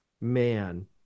man